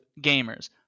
gamers